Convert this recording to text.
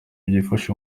byifashe